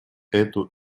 эту